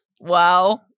wow